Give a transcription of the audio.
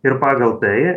ir pagal tai